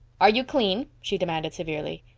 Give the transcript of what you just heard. are you clean? she demanded severely.